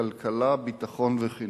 בכלכלה, בביטחון ובחינוך.